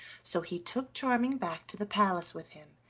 so he took charming back to the palace with him,